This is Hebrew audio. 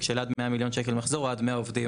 של עד 20 מיליון ₪ מחזור או עד 20 עובדים.